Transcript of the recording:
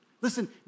Listen